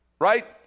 Right